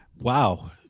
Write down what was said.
wow